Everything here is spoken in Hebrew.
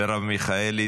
מרב מיכאלי,